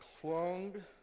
clung